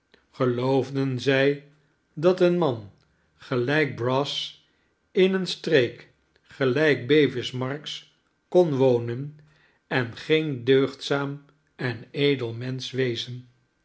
geloofden zij dat een man gelijk brass in eene streek gelijk bevis marks kon wonen en geen deugdzaam en edel mensch wezen